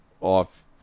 off